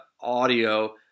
audio